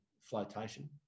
flotation